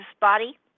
body